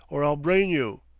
or i'll brain you.